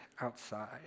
outside